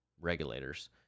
regulators